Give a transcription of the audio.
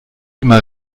immer